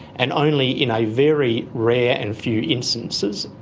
and only in a very rare and few instances,